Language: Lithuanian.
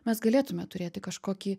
mes galėtume turėti kažkokį